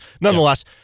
Nonetheless